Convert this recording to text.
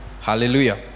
Hallelujah